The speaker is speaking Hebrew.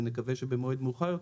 ונקווה שבמועד מאוחר יותר,